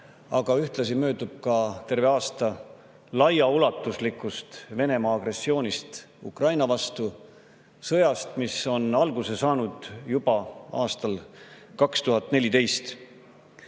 aga ühtlasi möödub ka terve aasta laiaulatuslikust Venemaa agressioonist Ukraina vastu, sõjast, mis on alguse saanud juba aastal